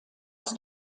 aus